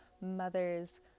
mother's